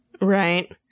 Right